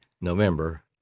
November